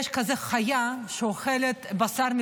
יש חיה שאוכלת בשר מקולקל,